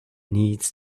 needs